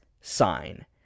sign